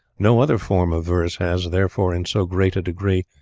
no other form of verse has, therefore, in so great a degree,